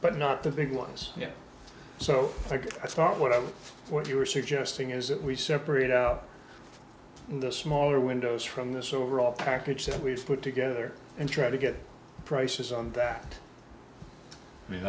but not the big ones yet so i thought what of what you were suggesting is that we separate out the smaller windows from this overall package that we've put together and try to get prices on that i mean